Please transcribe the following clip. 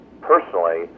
personally